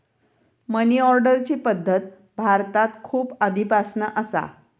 मनी ऑर्डरची पद्धत भारतात खूप आधीपासना असा